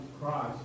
Christ